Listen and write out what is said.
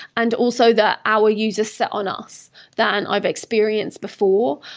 and also, that our users set on us than i've experienced before.